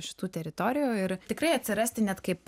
šitų teritorijų ir tikrai atsirasti net kaip